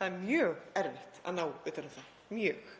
Það er mjög erfitt að ná utan um það, mjög.